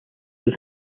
was